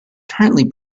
currently